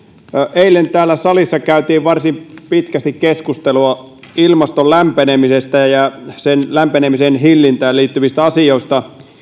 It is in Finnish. eilen täällä salissa käytiin varsin pitkästi keskustelua ilmaston lämpenemisestä ja ja sen lämpenemisen hillintään liittyvistä asioista